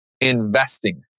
investing